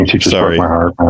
Sorry